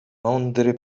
mądry